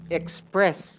express